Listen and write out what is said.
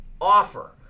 offer